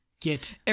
Get